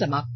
समाप्त